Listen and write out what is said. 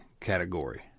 category